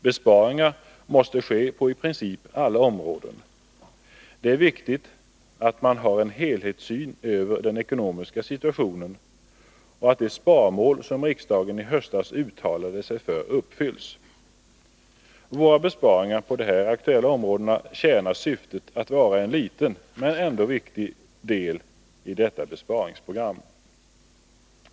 Besparingar måste ske på i princip alla områden. Det är viktigt att man har en helhetssyn på den ekonomiska situationen och att de sparmål som riksdagen i höstas uttalade sig för uppfylls. Våra besparingar på de här aktuella områdena tjänar syftet att vara en liten, men ändå viktig, del i detta besparingsprogram.